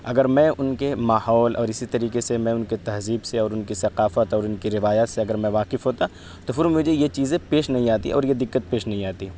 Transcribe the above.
اگر میں ان کے ماحول اور اسی طریقے سے میں ان کے تہذیب سے اور ان کی ثقافت اور ان کی روایت سے اگر میں واقف ہوتا تو پھر مجھے یہ چیزیں پیش نہیں آتیں اور یہ دِقّت پیش نہیں آتی